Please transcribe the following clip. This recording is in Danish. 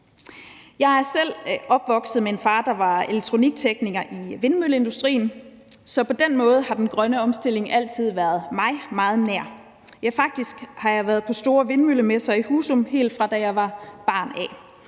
Jeg er selv opvokset med en far, der var elektroniktekniker i vindmølleindustrien, så på den måde har den grønne omstilling altid været mig meget nær. Faktisk har jeg været på store vindmøllemesser i Husum, helt fra da jeg var barn.